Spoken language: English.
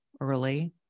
early